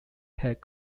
head